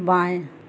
बाएं